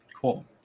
Cool